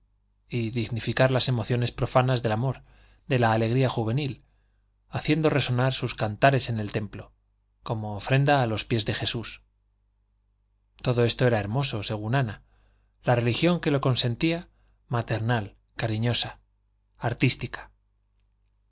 y dignificar las emociones profanas del amor de la alegría juvenil haciendo resonar sus cantares en el templo como ofrenda a los pies de jesús todo esto era hermoso según ana la religión que lo consentía maternal cariñosa artística